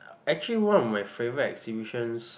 actually one of my favorite exhibitions